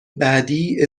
بعدی